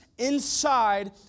inside